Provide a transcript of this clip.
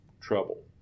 trouble